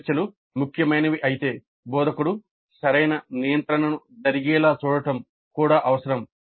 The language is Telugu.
చర్చలు ముఖ్యమైనవి అయితే బోధకుడు సరైన నియంత్రణను జరిగేలా చూడటం కూడా అవసరం